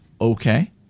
okay